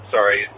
Sorry